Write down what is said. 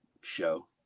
show